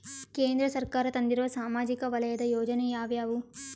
ಕೇಂದ್ರ ಸರ್ಕಾರ ತಂದಿರುವ ಸಾಮಾಜಿಕ ವಲಯದ ಯೋಜನೆ ಯಾವ್ಯಾವು?